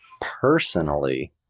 personally